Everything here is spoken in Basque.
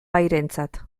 bairentzat